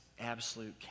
absolute